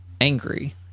angry